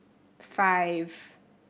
five